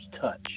Touch